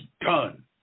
done